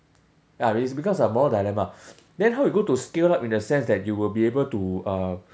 ya it becomes a moral dilemma then how you going to scale up in the sense you will be able to uh